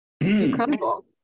Incredible